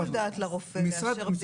יש שיקול דעת לרופא לאשר בדיקה סרולוגית.